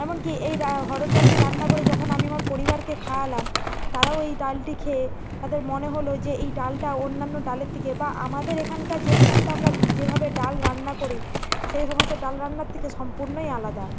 এমনকি এই রা অড়হর ডালটি রান্না করে যখন আমি আমার পরিবারকে খাওয়ালাম তারাও ওই ডালটি খেয়ে তাদের মনে হলো যে এই ডালটা অন্যান্য ডালের থেকে বা আমাদের এখানকার যে সমস্ত আমরা যেভাবে ডাল রান্না করি সেই সমস্ত ডাল রান্নার থেকে সম্পূর্ণই আলাদা